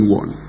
one